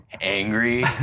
angry